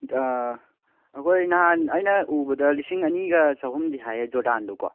ꯑꯩꯈꯣꯏ ꯅꯍꯥꯟ ꯑꯩꯅ ꯎꯕꯗ ꯂꯤꯁꯤꯡ ꯑꯅꯤꯒ ꯆꯍꯨꯝꯗꯤ ꯍꯥꯏꯌꯦ ꯖꯣꯔꯗꯥꯟꯗꯣ ꯀꯣ